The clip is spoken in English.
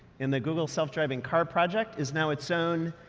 and the google self-driving car project is now its own,